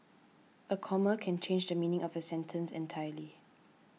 a comma can change the meaning of a sentence entirely